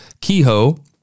Kehoe